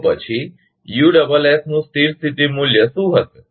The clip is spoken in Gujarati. તો પછી ussયુએસએસનું સ્થિર સ્થિતી મૂલ્ય શું હશે